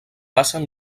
passen